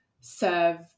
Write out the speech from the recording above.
serve